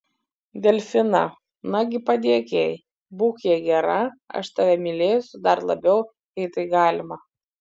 delfiną nagi padėk jai būk jai gera aš tave mylėsiu dar labiau jei tai galima